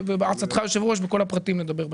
בעצתך, אדוני היושב-ראש, בכל הפרטים נדבר בהמשך.